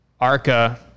Arca